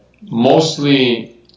mostly